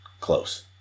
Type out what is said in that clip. close